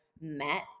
met